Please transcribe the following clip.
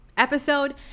episode